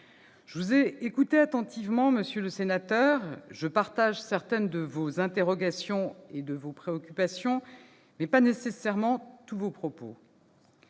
je vous ai écouté attentivement. Je partage certaines de vos interrogations et de vos préoccupations, mais pas nécessairement tous vos propos.